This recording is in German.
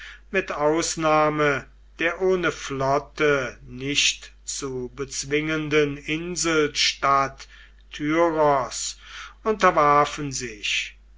mit ausnahme der ohne flotte nicht zu bezwingenden inselstadt tyros unterwarfen sich